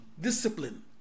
discipline